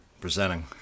Presenting